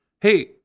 Hey